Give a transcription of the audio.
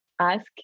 ask